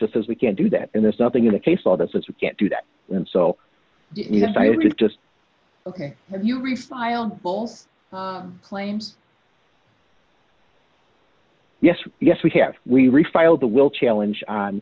that says we can't do that and there's nothing in the case law that says we can't do that and so you decided just ok you refile will claim yes yes we have we refile the will challenge on